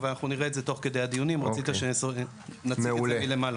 אבל אנחנו נראה את זה תוך כדי הדיונים; רצית שנציג את זה מלמעלה.